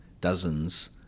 dozens